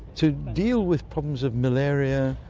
to deal with problems of malaria,